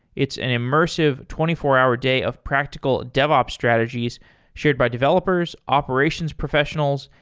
it's an immersive twenty four hour day of practical devops strategies shared by developers, operations professionals,